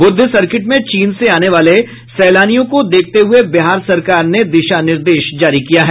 Buddha circuit में चीन से आने वाले सैलानियों को देखते हुए बिहार सरकार ने दिशा निर्देश जारी किया है